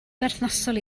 berthnasol